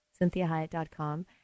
CynthiaHyatt.com